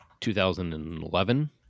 2011